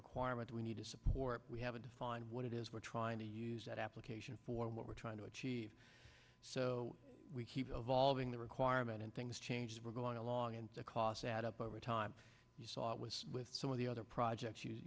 requirement we need to support we haven't defined what it is we're trying to use that application for what we're trying to achieve so we keep evolving the requirement and things change that we're going along and the costs add up over time you saw it was with some of the other projects you